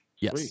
Yes